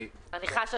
אני חייב לצאת